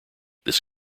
this